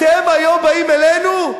אתם היום באים אלינו?